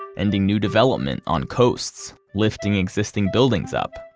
ending new development on coasts, lifting existing buildings up,